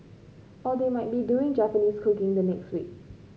or they might be doing Japanese cooking the next week